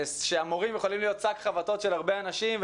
שהמורים יכולים להיות שק חבטות של הרבה אנשים,